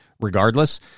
Regardless